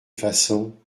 façons